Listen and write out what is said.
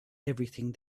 everything